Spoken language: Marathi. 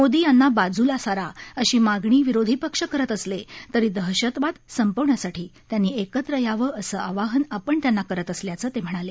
मोदी यांना बाजूला सारा अशी मागणी विरोधी पक्ष करत असले तरी दहशतवाद संपवण्यासाठी त्यांनी एकत्र यावं असं आवाहन आपण त्यांना करत असल्याचं ते म्हणाले